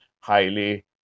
highly